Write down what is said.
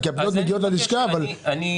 הפניות מגיעות ללשכה אבל זה לא פרטני.